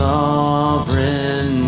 Sovereign